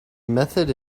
method